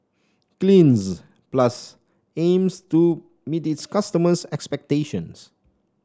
Cleanz Plus aims to meet its customers' expectations